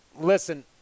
listen